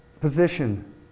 position